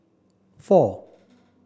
four